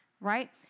right